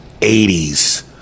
80s